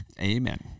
amen